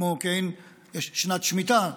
כעין שנת שמיטה לקרקע,